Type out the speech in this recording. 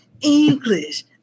English